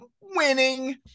winning